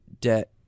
debt